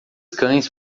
cães